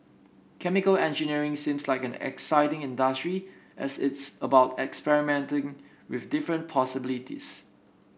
chemical engineering seems like an exciting industry as it's about experimenting with different possibilities